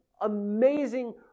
amazing